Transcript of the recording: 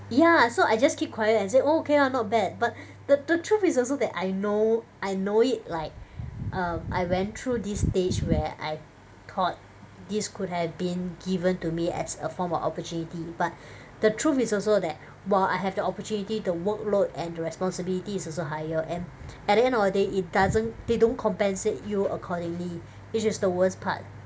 ya so I just keep quiet and say oh okay ah not bad but the the truth is also that I know I know it like um I went through this stage where I thought this could have been given to me as a form of opportunity but the truth is also that while I have the opportunity the workload and responsibility is also higher and at the end of the day it doesn't they don't compensate you accordingly which is the worst part